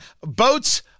Boats